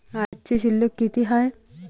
आजची शिल्लक किती हाय?